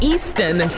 Eastern